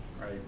right